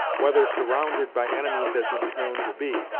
whether, surrounded by enemies as he was known to be,